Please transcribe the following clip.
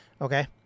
Okay